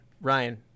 Ryan